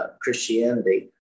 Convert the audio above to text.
Christianity